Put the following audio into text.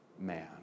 man